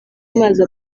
amazi